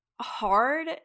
hard